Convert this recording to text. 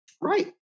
Right